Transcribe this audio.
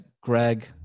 Greg